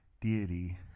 deity